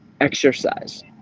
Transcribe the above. exercise